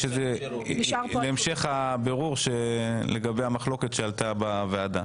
נשאר להמשך בירור לגבי המחלוקת שעלתה בוועדה.